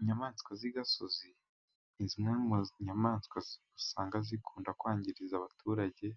Inyamaswa z'igasozi ni zimwe mu nyamaswa usanga zikunda kwangiriza abaturage